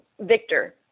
Victor